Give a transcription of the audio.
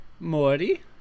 Morty